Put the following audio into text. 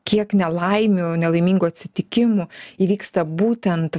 kiek nelaimių nelaimingų atsitikimų įvyksta būtent